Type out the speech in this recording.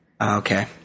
Okay